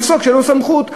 תפסוק שאין לו סמכות,